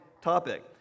topic